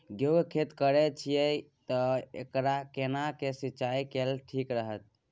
गेहूं की खेती करे छिये ते एकरा केना के सिंचाई कैल ठीक रहते?